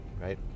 right